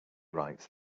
writes